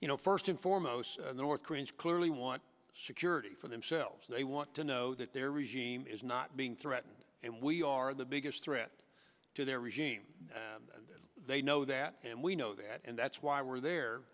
you know first and foremost the north koreans clearly want security for themselves they want to know that their regime is not being threatened and we are the biggest threat to their regime and they know that and we know that and that's why we're there